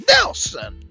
Nelson